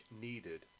needed